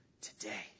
today